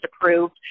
approved